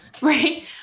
Right